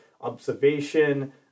observation